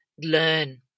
learn